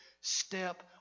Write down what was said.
step